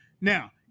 Now